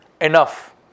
enough